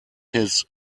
his